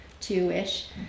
two-ish